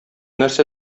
нәрсә